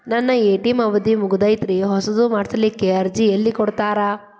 ನನ್ನ ಎ.ಟಿ.ಎಂ ಅವಧಿ ಮುಗದೈತ್ರಿ ಹೊಸದು ಮಾಡಸಲಿಕ್ಕೆ ಅರ್ಜಿ ಎಲ್ಲ ಕೊಡತಾರ?